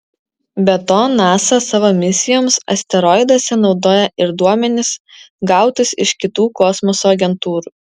be to nasa savo misijoms asteroiduose naudoja ir duomenis gautus iš kitų kosmoso agentūrų